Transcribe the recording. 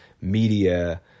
media